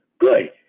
good